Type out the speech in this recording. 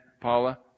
Paula